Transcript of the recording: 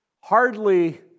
hardly